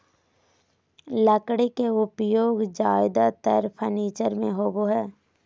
लकड़ी के उपयोग ज्यादेतर फर्नीचर में होबो हइ